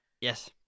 Yes